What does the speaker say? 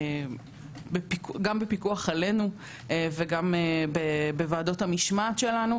בפיקוח עלינו וגם בוועדות המשמעת שלנו.